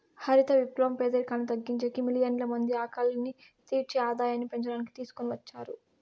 హరిత విప్లవం పేదరికాన్ని తగ్గించేకి, మిలియన్ల మంది ఆకలిని తీర్చి ఆదాయాన్ని పెంచడానికి తీసుకొని వచ్చారు